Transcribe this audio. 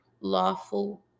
lawful